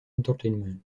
entertainment